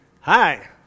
Hi